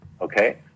Okay